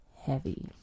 heavy